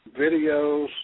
videos